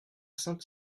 saint